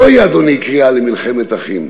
זוהי, אדוני, קריאה למלחמת אחים,